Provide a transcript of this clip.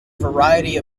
variety